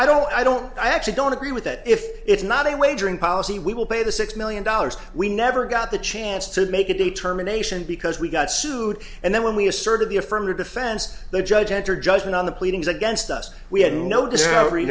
i don't i don't i actually don't agree with that if it's not a wagering policy we will pay the six million dollars we never got the chance to make a determination because we got sued and then we asserted the affirmative defense the judge entered judgment on the pleadings against us we had no